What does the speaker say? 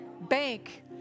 bank